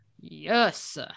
Yes